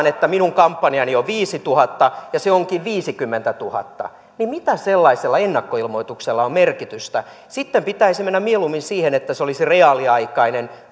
että hänen kampanjansa on viisituhatta ja se onkin viisikymmentätuhatta niin mitä sellaisella ennakkoilmoituksella on merkitystä sitten pitäisi mennä mieluummin siihen että se olisi reaaliaikainen